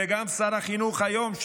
גם שר החינוך היום,